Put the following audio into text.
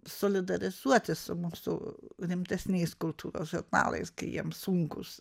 solidarizuotis su mūsų rimtesniais kultūros žurnalais kai jiems sunkūs